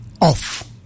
off